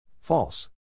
False